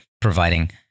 providing